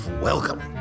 Welcome